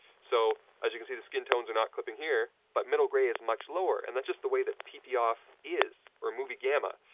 so, as you can see, the skin tones are not clipping here, but middle grey is much lower, and that's just the way that pp off is, or movie gamma.